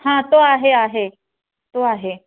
हां तो आहे आहे तो आहे